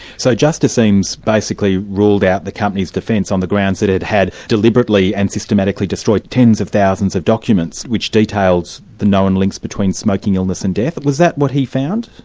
so justice eames basically ruled out the company's defence on the grounds that it had deliberately and systematically destroyed tens of thousands of documents which detail the the known links between smoking, illness and death was that what he found?